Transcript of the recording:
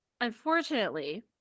unfortunately